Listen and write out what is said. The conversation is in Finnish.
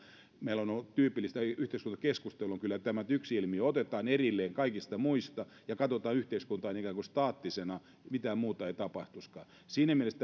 meillä on on tyypillistä yhteiskuntakeskustelua kyllä tämä että yksi ilmiö otetaan erilleen kaikista muista ja katsotaan yhteiskuntaa ikään kuin staattisena että mitään muuta ei tapahtuisikaan siinä mielessä